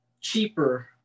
cheaper